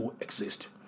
exist